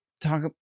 talk